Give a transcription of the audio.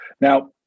Now